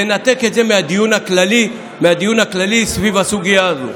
לנתק את זה מהדיון הכללי סביב הסוגיה הזו.